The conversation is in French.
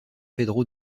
pedro